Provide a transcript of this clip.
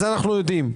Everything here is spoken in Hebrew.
את זה אנחנו יודעים.